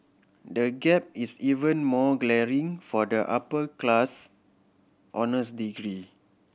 the gap is even more glaring for the upper class honours degree